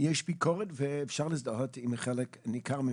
יש ביקורת ואפשר להזדהות עם חלק ניכר ממנה.